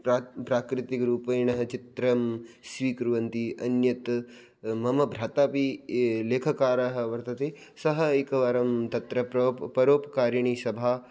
प्रा प्राकृतिकरूपेणः चित्रं स्वीकुर्वन्ति अन्यत् मम भ्राता अपि लेखकारः वर्तते सः एकवारं तत्र प्रवो परोपकारिणीसभा